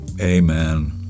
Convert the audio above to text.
Amen